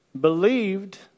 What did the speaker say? believed